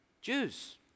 Jews